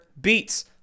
beats